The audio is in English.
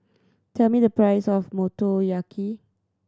tell me the price of Motoyaki